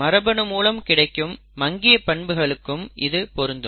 மரபணு மூலம் கிடைக்கும் மங்கிய பண்புகளுக்கும் இது பொருந்தும்